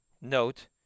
note